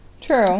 True